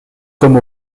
comme